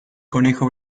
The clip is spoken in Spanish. conejo